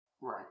Right